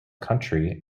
country